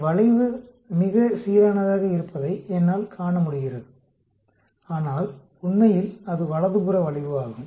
வளைவு மிகவும் சீரானதாக இருப்பதை என்னால் காண முடிகிறது ஆனால் உண்மையில் அது வலதுபுற வளைவு ஆகும்